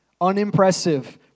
Unimpressive